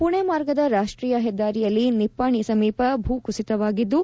ಪುಣೆ ಮಾರ್ಗದ ರಾಷ್ಟೀಯ ಹೆದ್ದಾರಿಯಲ್ಲಿ ನಿಪ್ಪಾಣಿ ಸಮೀಪ ಭೂ ಕುಸಿತವಾಗಿದ್ದು